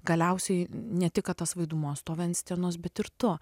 galiausiai ne tik kad tas vaidmuo stovi ant scenos bet ir tu